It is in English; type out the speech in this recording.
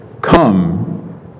Come